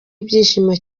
ibyishimo